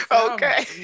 Okay